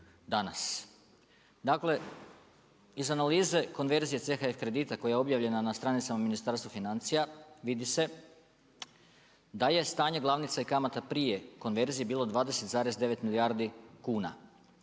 danas. Dakle, iz analize konverzije CHF kredita koja je objavljena na stranicama Ministarstva financija vidi se da je stanje glavnice i kamata prije konverzije bilo 20,9 milijardi kuna.